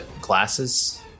Glasses